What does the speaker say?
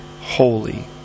holy